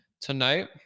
Tonight